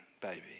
baby